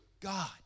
God